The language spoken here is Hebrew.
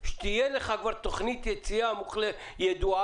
שתהיה לך כבר תוכנית יציאה ידועה,